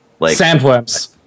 Sandworms